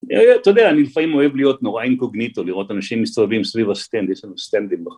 אתה יודע, אני לפעמים אוהב להיות נורא אינקוגניטו, לראות אנשים מסתובבים סביב הסטנד, יש לנו סטנדים ב...